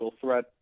threat